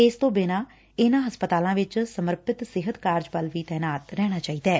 ਇਸ ਤੋਂ ਬਿਨਾਂ ਇਨ੍ਨਾਂ ਹਸਪਤਾਲਾਂ ਚ ਸਮਰਪਿਤ ਸਿਹਤ ਕਾਰਜ ਬਲ ਤੈਨਾਤ ਰਹਿਣਾ ਚਾਹੀਦੈ